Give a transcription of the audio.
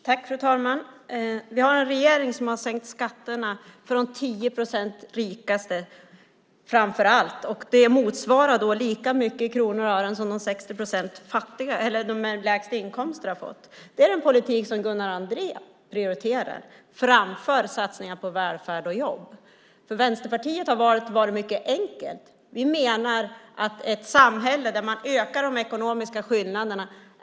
Fru talman! Vi har en regering som har sänkt skatterna framför allt för de 10 procent som är rikast. Det motsvarar lika mycket i kronor och ören som de 60 procent som har lägst inkomst har fått. Det är den politik som Gunnar Andrén prioriterar framför satsningar på välfärd och jobb. För Vänsterpartiet har valet varit mycket enkelt. Vi menar att det är förödande för samhällsutvecklingen att öka de ekonomiska skillnaderna.